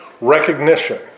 recognition